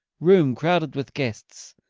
room crowded with guests.